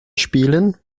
spielen